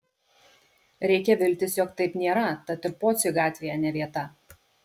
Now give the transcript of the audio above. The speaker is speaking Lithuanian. reikia viltis jog taip nėra tad ir pociui gatvėje ne vieta